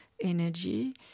energy